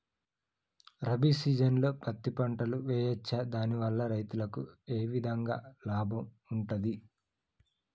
రబీ సీజన్లో పత్తి పంటలు వేయచ్చా దాని వల్ల రైతులకు ఏ విధంగా లాభం ఉంటది?